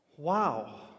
Wow